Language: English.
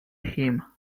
him